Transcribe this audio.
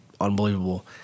unbelievable